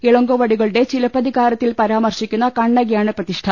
ഇളങ്കോവടികളുടെ ചിലപ്പതികാരത്തിൽ പരാ മർശിക്കുന്ന കണ്ണകിയാണ് പ്രതിഷ്ഠ